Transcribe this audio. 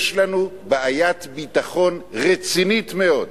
יש לנו בעיית ביטחון רצינית מאוד,